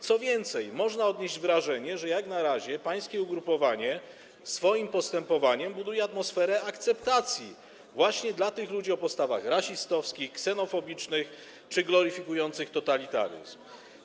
Co więcej, można odnieść wrażenie, że jak na razie pańskie ugrupowanie swoim postępowaniem buduje atmosferę akceptacji właśnie dla tych ludzi o postawach rasistowskich, ksenofobicznych czy gloryfikujących totalitaryzm.